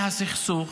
מהסכסוך,